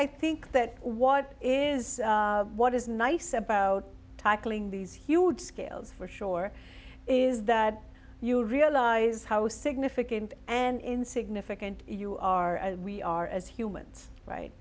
i think that what is what is nice about tackling these huge scales for sure is that you realize how significant and insignificant you are we are as humans right